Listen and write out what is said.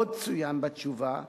עוד צוין בתשובה,